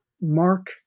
Mark